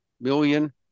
million